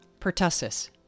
pertussis